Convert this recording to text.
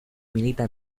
milita